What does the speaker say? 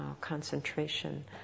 concentration